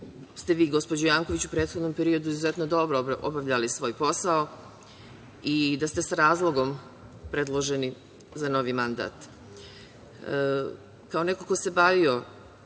ste vi, gospođo Janković, u prethodnom periodu izuzetno dobro obavljali svoj posao i da ste sa razlogom predloženi za novi mandat. Kao neko ko se bavio